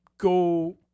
go